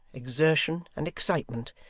exertion, and excitement,